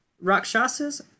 Rakshasas